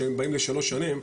שהם באים לשלוש שנים,